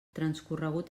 transcorregut